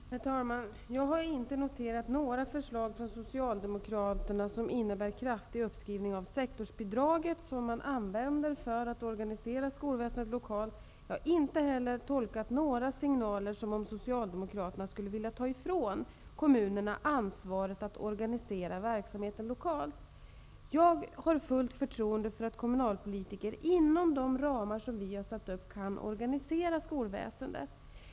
Herr talman! Jag har inte noterat att Socialdemokraterna lagt fram några förslag om en kraftig uppskrivning av det sektorsbidrag som används för att organisera skolväsendet lokalt. Jag har heller inte noterat några signaler från Socialdemokraterna om att de vill ta ifrån kommunerna ansvaret för att organisera verksamheten lokalt. Jag har fullt förtroende för att kommunalpolitikerna inom de ramar vi dragit upp kan organisera skolverksamheten.